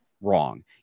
wrong